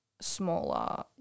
smaller